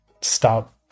stop